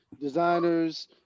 designers